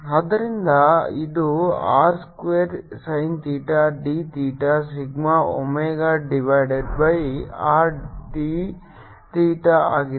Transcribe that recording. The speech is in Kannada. ಆದ್ದರಿಂದ ಇದು R square sin theta d theta sigma omega divided by R d theta ಆಗಿದೆ